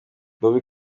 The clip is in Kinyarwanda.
bobbi